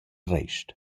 rest